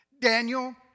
Daniel